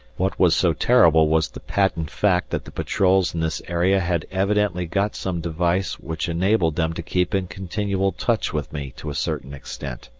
what was so terrible was the patent fact that the patrols in this area had evidently got some device which enabled them to keep in continual touch with me to a certain extent.